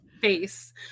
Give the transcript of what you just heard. face